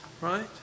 right